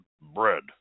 bread